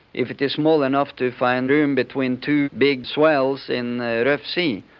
if it is small enough to find room between two big swells in the rough sea,